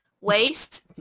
waste